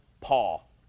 Paul